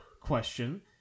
question